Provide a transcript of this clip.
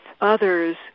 others